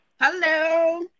Hello